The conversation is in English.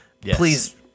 please